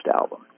album